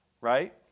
right